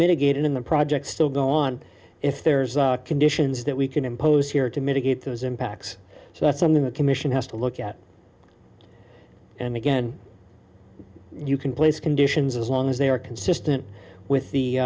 mitigated in the projects still go on if there's conditions that we can impose here to mitigate those impacts so that's on the commission has to look at and again you can place conditions as long as they are consistent with the